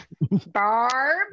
Barb